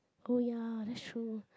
oh ya that's true